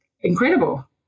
incredible